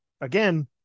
again